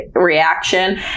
reaction